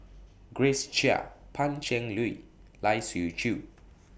Grace Chia Pan Cheng Lui Lai Siu Chiu